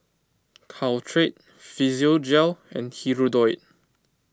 Caltrate Physiogel and Hirudoid